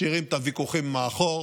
משאירים את הוויכוחים מאחור